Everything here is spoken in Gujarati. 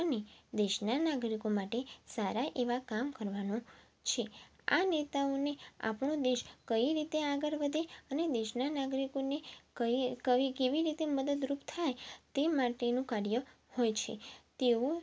અને દેશના નાગરિકો માટે સારા એવા કામ કરવાનું છે આ નેતાઓને આપણો દેશ કઈ રીતે આગળ વધે અને દેશના નાગરિકોને કઇ કવી કેવી રીતે મદદરુપ થાય તે માટેનું કાર્ય હોય છે તેઓ